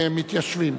המתיישבים.